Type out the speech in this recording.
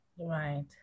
Right